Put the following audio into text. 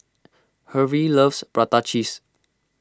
Hervey loves Prata Cheese